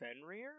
Fenrir